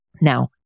Now